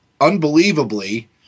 unbelievably